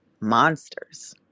monsters